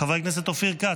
חבר הכנסת אופיר כץ,